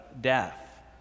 death